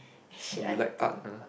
shit I need to